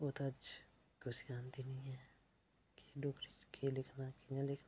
ओह्दे च कुसै गी आंदी बी नेईं ऐ कि डोगरी च केह् लिखना कि'यां लिखना